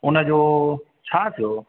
उन जो छा थियो